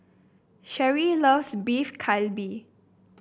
Sherry loves Beef Galbi